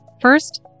First